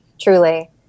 Truly